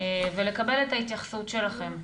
ולקבל את ההתייחסות שלכם,